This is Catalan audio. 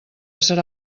serà